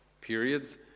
periods